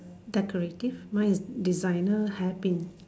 decorative mine is designer hair pin